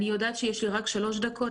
אני יודעת שיש לי רק שלוש דקות,